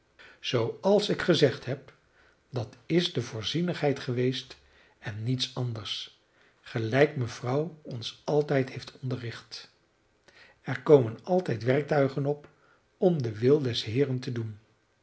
zooals ik gezegd heb dat is de voorzienigheid geweest en niets anders gelijk mevrouw ons altijd heeft onderricht er komen altijd werktuigen op om den wil des heeren te doen